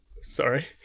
Sorry